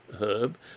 herb